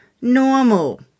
normal